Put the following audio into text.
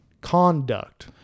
conduct